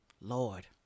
Lord